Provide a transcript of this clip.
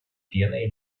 пеной